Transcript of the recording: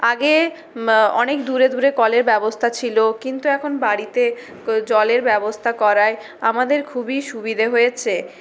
আগে অনেক দূরে দূরে কলের ব্যবস্থা ছিল কিন্তু এখন বাড়িতে জলের ব্যবস্থা করায় আমাদের খুবই সুবিধে হয়েছে